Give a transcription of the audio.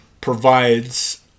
provides